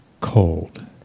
cold